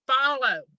follow